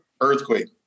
Earthquake